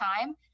time